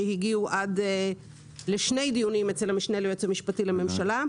שהגיעו לשני דיונים אצל המשנה ליועץ המשפטי לממשלה,